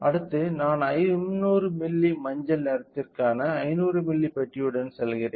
அடுத்து நான் 500 மில்லி மஞ்சள் நிறத்திற்கான 500 மில்லி பெட்டியுடன் செல்கிறேன்